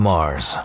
Mars